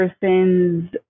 person's